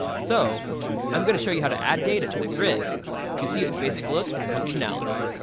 so i'm going to show you how to add data to the grid to see its basic look and functionality.